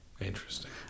interesting